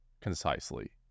concisely